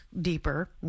deeper